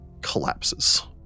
collapses